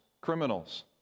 Criminals